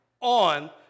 on